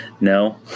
No